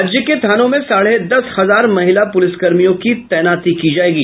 राज्य के थानों में साढ़े दस हजार महिला पुलिसकर्मियों की तैनाती की जायेगी